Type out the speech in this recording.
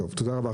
תודה רבה.